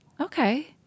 Okay